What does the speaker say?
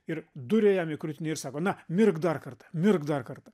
ir duria jam į krūtinę ir sako na mirk dar kartą mirk dar kartą